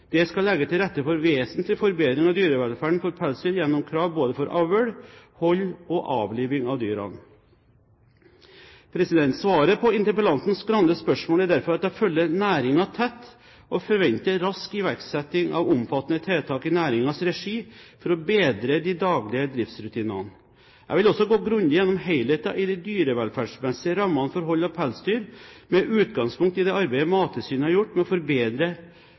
Det skal legge til rette for vesentlig forbedring av dyrevelferden for pelsdyr gjennom krav både for avl, hold og avliving av dyrene. Svaret på interpellanten Skei Grandes spørsmål er derfor at jeg følger næringen tett og forventer rask iverksetting av omfattende tiltak i næringens regi for å bedre de daglige driftsrutinene. Jeg vil også gå grundig gjennom helheten i de dyrevelferdsmessige rammene for hold av pelsdyr med utgangspunkt i det arbeidet Mattilsynet har gjort med å